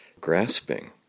grasping